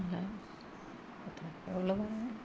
പിന്നെ ഇത്രയൊക്കെയേ ഉള്ളു പറയാൻ